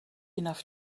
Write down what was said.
enough